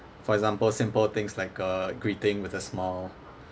for example simple things like uh greeting with a smile